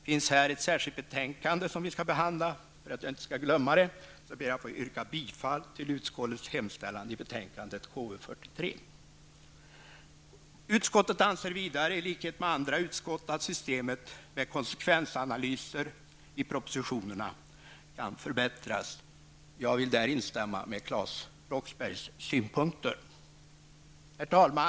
Vi skall behandla ett särskilt betänkande om detta, och jag ber, för att det inte skall bli bortglömt, att få yrka bifall till utskottets hemställan i betänkandet KU43. Utskottet anser vidare i likhet med andra utskott att systemet med konsekvensanalyser i propositionerna kan förbättras. Jag vill därvidlag instämma i Claes Roxberghs synpunkter. Herr talman!